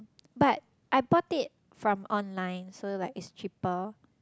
but I bought it from online so like it's cheaper